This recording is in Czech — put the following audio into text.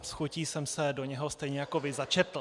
S chutí jsem se do něho stejně jako vy začetl.